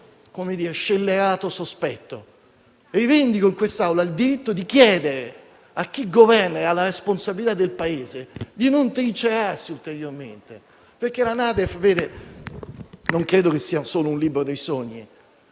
qualunque scellerato sospetto; rivendico in quest'Aula il diritto di chiedere a chi governa e ha la responsabilità del Paese di non trincerarsi ulteriormente. Non credo infatti che la NADEF sia solo un libro dei sogni,